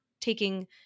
taking